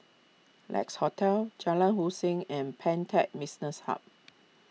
Lex Hotel Jalan Hussein and Pantech Business Hub